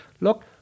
look